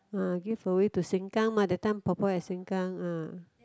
uh give away to Sengkang mah that time 婆婆 at Sengkang uh